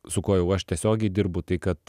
su kuo jau aš tiesiogiai dirbu tai kad